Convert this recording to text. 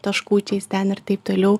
taškučiais ten ir taip toliau